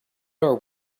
our